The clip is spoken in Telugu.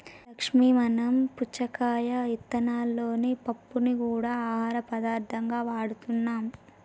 లక్ష్మీ మనం పుచ్చకాయ ఇత్తనాలలోని పప్పుని గూడా ఆహార పదార్థంగా వాడుతున్నాం